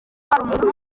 hari